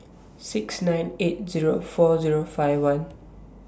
six nine eight Zero four Zero five one